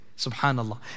Subhanallah